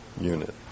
unit